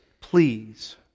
please